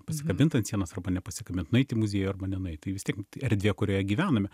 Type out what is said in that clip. pasikabint ant sienos arba nepasikabint nueit į muziejų arba nenueit tai vis tiek erdvė kurioje gyvename